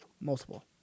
Multiple